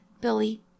Billy